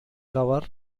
cover